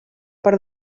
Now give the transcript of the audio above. per